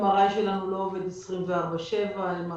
ה-MRI שלנו לא עובד 24 שעות ביממה